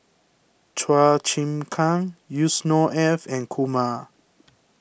Chua Chim Kang Yusnor Ef and Kumar